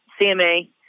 CMA